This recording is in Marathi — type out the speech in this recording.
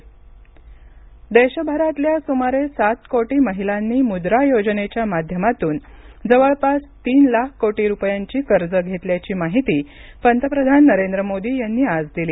पंतप्रधान मद्रा देशभरातल्या सुमारे सात कोटी महिलांनी मुद्रा योजनेच्या माध्यमातून जवळपास तीन लाख कोटी रुपयांची कर्ज घेतल्याची माहिती पंतप्रधान नरेंद्र मोदी यांनी आज दिली